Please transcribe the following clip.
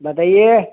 बताइए